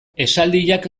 esaldiak